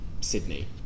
Sydney